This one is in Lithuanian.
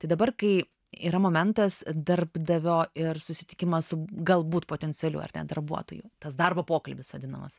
tai dabar kai yra momentas darbdavio ir susitikimas su galbūt potencialiu ar ten darbuotoju tas darbo pokalbis vadinamas